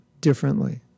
differently